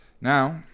Now